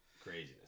craziness